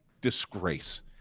disgrace